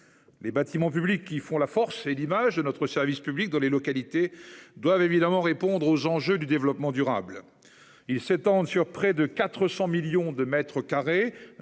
Les bâtiments publics qui font la force et l'image de notre service public dans nos territoires doivent répondre aux enjeux du développement durable. Ils représentent près de 400 millions de mètres carrés,